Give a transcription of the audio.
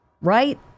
right